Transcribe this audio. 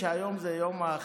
היום ט"ו בשבט,